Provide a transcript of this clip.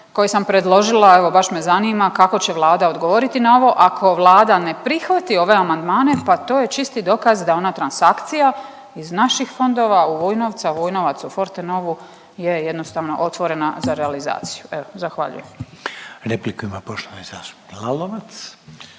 koje sam predložila. Evo baš me zanima kako će Vlada odgovoriti na ovo, ako Vlada ne prihvati ove amandmane pa to je čisti dokaz da je ona transakcija iz naših fondova u Vujnovac, Vujnovac u Fortenovu je jednostavno otvorena za realizaciju. Evo zahvaljujem. **Reiner, Željko